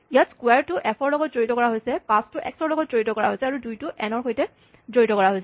ইয়াত ক্সোৱাৰ টো এফ ৰ লগত জড়িত কৰা হৈছে পাঁচটো এক্স ৰ লগত জড়িত কৰা হৈছে আৰু দুই টো এন ৰ সৈতে জড়িত কৰা হৈছে